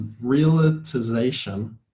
realization